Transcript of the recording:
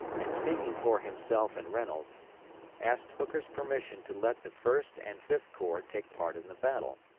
and speaking for himself and reynolds asked hooker's permission to let the first and fifth corps take part in the battle.